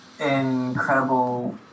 incredible